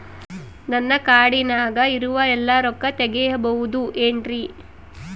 ನನ್ನ ಕಾರ್ಡಿನಾಗ ಇರುವ ಎಲ್ಲಾ ರೊಕ್ಕ ತೆಗೆಯಬಹುದು ಏನ್ರಿ?